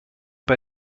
bei